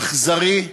אכזרי,